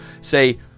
say